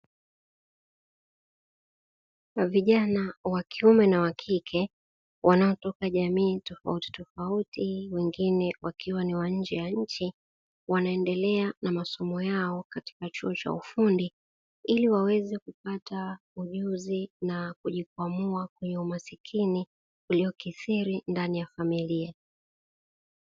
Vijana wa kiume na wa kike, wanaotoka jamii tofautitofauti wengine wakiwa ni wa nje ya nchi, wanaendelea na masomo yao katika chuo cha ufundi, ili waweze kupata ujuzi na kujikwamua kwenye umaskini uliokithiri ndani ya familia.